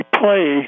play